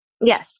Yes